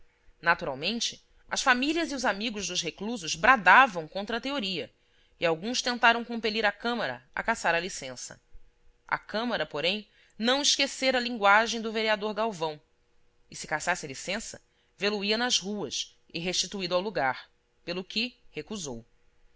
naturalmente as famílias e os amigos dos reclusos bradavam contra a teoria e alguns tentaram compelir a câmara a cassar a licença a câmara porém não esquecera a linguagem do vereador galvão e se cassasse a licença vê lo ia na rua e restituído ao lugar pelo que recusou